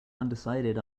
undecided